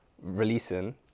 Releasing